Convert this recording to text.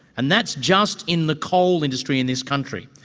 and that's just in the coal industry in this country.